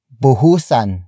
buhusan